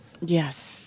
Yes